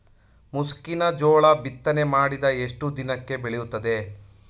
ಮುಸುಕಿನ ಜೋಳ ಬಿತ್ತನೆ ಮಾಡಿದ ಎಷ್ಟು ದಿನಕ್ಕೆ ಬೆಳೆಯುತ್ತದೆ?